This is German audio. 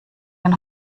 den